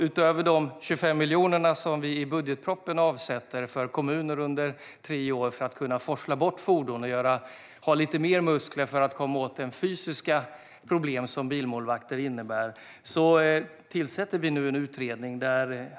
Utöver de 25 miljoner som vi avsätter i budgetpropositionen under tre år för kommunernas räkning så att de kan forsla bort fordon och ha lite mer muskler för att komma åt de fysiska problem som bilmålvakter innebär tillsätter vi nu en utredning.